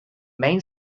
main